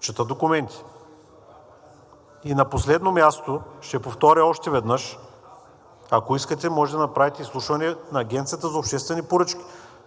чета документи. И на последно място, ще повторя още веднъж, ако искате, може да направите изслушване на Агенцията по обществени поръчки